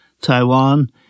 Taiwan